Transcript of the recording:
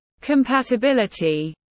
Compatibility